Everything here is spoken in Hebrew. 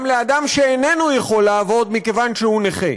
לאדם שאיננו יכול לעבוד מכיוון שהוא נכה.